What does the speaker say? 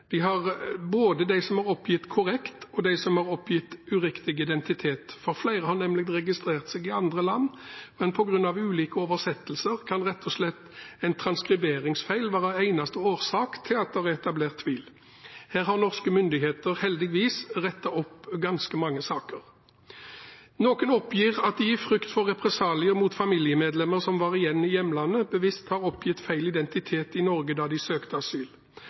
de som har oppgitt korrekt identitet, og de som har oppgitt uriktig identitet. Flere har nemlig registrert seg i andre land, men på grunn av ulike oversettelser kan rett og slett en transkriberingsfeil være eneste årsak til at det er etablert tvil. Her har norske myndigheter heldigvis rettet opp mange saker. Noen oppgir at de i frykt for represalier mot familiemedlemmer som var igjen i hjemlandet, bevisst har oppgitt feil identitet i Norge da de søkte asyl.